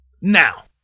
Now